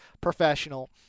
professional